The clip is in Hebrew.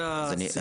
זה הסעיף.